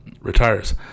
retires